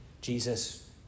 Jesus